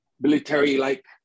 military-like